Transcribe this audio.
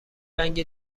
رنگ